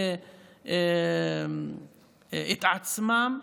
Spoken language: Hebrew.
את עצמם,